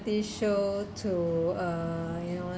variety show to uh